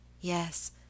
Yes